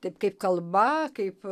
taip kaip kalba kaip